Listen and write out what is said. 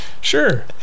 sure